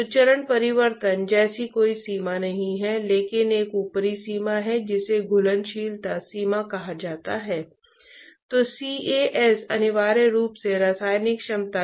तो अंततः कॉफी एक संतुलन तक पहुंच जाएगी और यह उसी तापमान तक पहुंच जाएगी जैसे वायुमंडल रेखा 25 डिग्री सेल्सियस